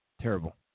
Terrible